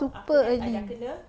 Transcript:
super early